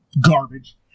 garbage